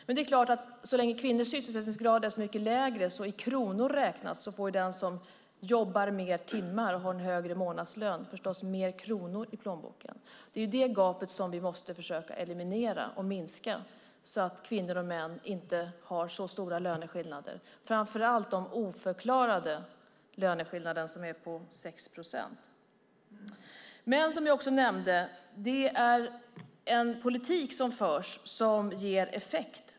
Men det är klart att så länge kvinnors sysselsättningsgrad är så mycket lägre får den som jobbar mer timmar och har en högre månadslön förstås mer i plånboken i kronor räknat. Det är det gapet som vi måste försöka eliminera så att kvinnor och män inte har så stora löneskillnader. Det gäller framför allt den oförklarade löneskillnaden på 6 procent. Som jag också nämnde ger den politik som förs effekt.